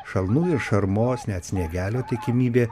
šalnų šarmos net sniegelio tikimybė